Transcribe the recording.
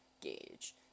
gauge